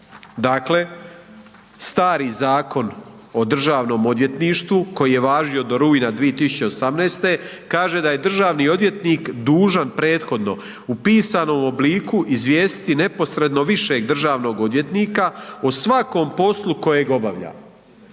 Dakle, stari Zakon o Državnom odvjetništvu koji je važio do rujna 2018. kaže da je „državni odvjetnik dužan prethodno u pisanom obliku izvijestiti neposredno višeg državnog odvjetnika o svakom poslu kojem obavlja“,